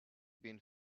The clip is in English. been